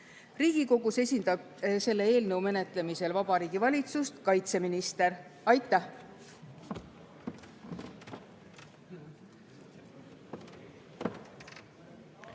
Riigikogus esindab selle eelnõu menetlemisel Vabariigi Valitsust kaitseminister. Aitäh!